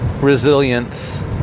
resilience